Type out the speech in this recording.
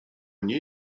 nie